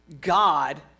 God